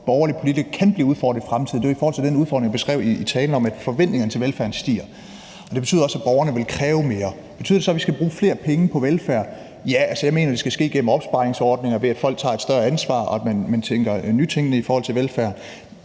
borgerlige politikere kan blive udfordret i fremtiden, er i forhold til den udfordring, som jeg beskrev i talen, nemlig at forventningerne til velfærden stiger. Det betyder også, at borgerne vil kræve mere. Betyder det så, at vi skal bruge flere penge på velfærd? Ja, jeg mener, det skal ske gennem opsparingsordninger, ved at folk tager et større ansvar, og at man tænker nyt i forhold til velfærd,